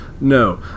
No